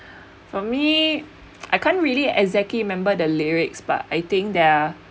for me I can't really exactly remember the lyrics but I think there are